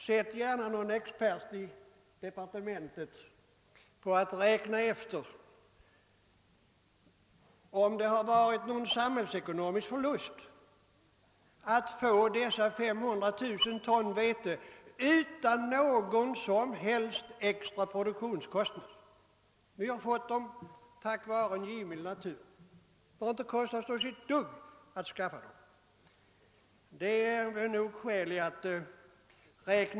Sätt gärna någon expert i departementet på att räkna efter om det har varit en samhällsekonomisk förlust att få dessa 500 000 ton vete utan någon som helst extra produktionskostnad. Vi har, som sagt, fått dem tack vare en givmild natur; det har inte kostat oss ett dugg att skaffa dem.